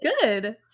good